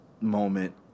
moment